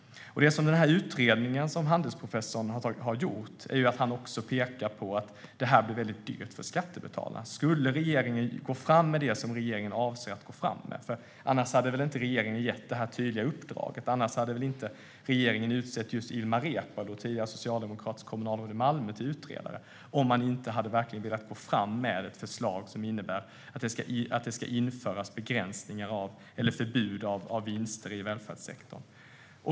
I sin utredning pekar Handelsprofessorn också på att det blir väldigt dyrt för skattebetalarna om regeringen går fram med detta. Regeringen måste ju avse att gå fram med det. Regeringen hade inte gett detta tydliga uppdrag och utsett just Ilmar Reepalu, tidigare socialdemokratiskt kommunalråd i Malmö, till utredare om man inte hade velat gå fram med ett förslag som innebär att det ska införas begränsning eller förbud för vinster i välfärdssektorn.